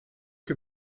que